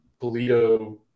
Polito